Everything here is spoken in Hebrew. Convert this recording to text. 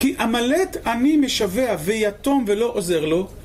כי אמלט אני משווע ויתום ולא עוזר לו.